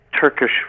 Turkish